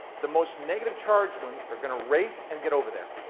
the most negative charged ones are going to race and get over there,